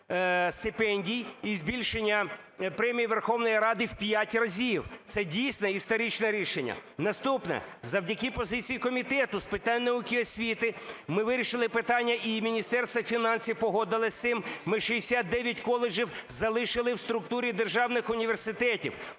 стипендій і збільшення премії Верховної Ради в 5 разів. Це дійсно історичне рішення. Наступне. Завдяки позиції Комітету з питань науки і освіти ми вирішили питання, і Міністерства фінансів і погодились з цим, ми 69 коледжів залишили в структурі державних університетів.